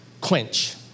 quench